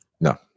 No